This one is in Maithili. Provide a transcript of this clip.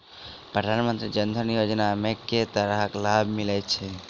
प्रधानमंत्री जनधन योजना मे केँ तरहक लाभ मिलय छै?